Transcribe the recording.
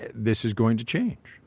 this is going to change?